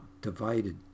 Divided